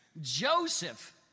Joseph